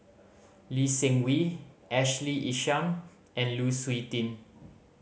Lee Seng Wee Ashley Isham and Lu Suitin